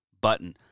button